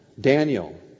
Daniel